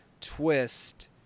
twist